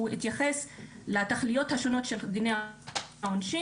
התייחס לתכליות השונות של דיני העונשין